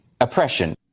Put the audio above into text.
oppression